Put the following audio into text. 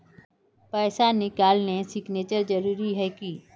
पैसा निकालने सिग्नेचर जरुरी है की?